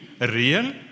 real